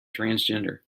transgender